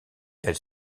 elle